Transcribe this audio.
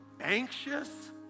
anxious